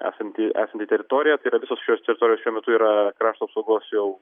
esanti esanti teritorija tai yra visos šios teritorijos šiuo metu yra krašto apsaugos jau